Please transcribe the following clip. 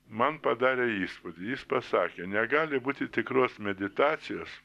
man padarė įspūdį jis pasakė negali būti tikros meditacijos